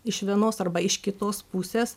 iš vienos arba iš kitos pusės